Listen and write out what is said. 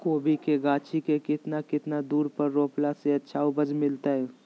कोबी के गाछी के कितना कितना दूरी पर रोपला से अच्छा उपज मिलतैय?